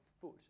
foot